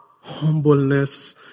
humbleness